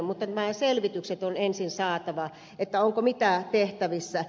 mutta nämä selvitykset on ensin saatava onko mitä tehtävissä